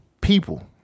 people